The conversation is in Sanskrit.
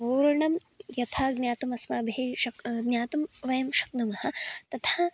पूर्णं यथा ज्ञातं अस्माभिः शक् ज्ञातं वयं शक्नुमः तथा